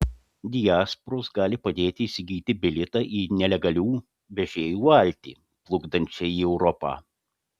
diasporos gali padėti įsigyti bilietą į nelegalių vežėjų valtį plukdančią į europą